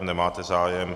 Nemáte zájem.